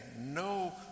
no